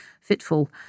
fitful